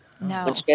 No